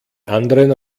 anderen